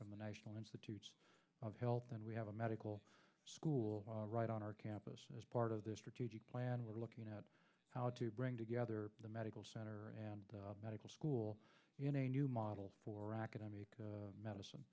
from the national institutes of health and we have a medical school right on our campus and as part of this strategic plan we're looking at how to bring together the medical center and medical school in a new model for academic medicine